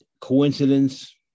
coincidence